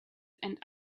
and